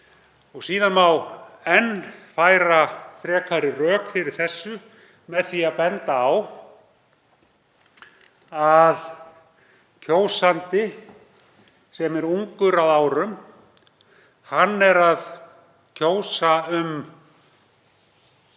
Síðan má enn færa frekari rök fyrir þessu með því að benda á að kjósandi sem er ungur að árum er að kjósa um